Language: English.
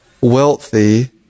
wealthy